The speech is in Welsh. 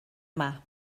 yma